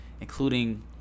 including